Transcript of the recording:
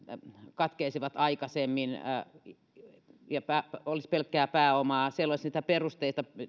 katkeaisivat aikaisemmin ja olisi pelkkää pääomaa siellä olisi niitä perusteita